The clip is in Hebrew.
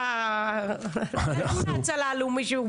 אתה ארגון ההצלה הלאומי.